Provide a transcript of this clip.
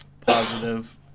positive